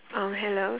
um hello